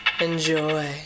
Enjoy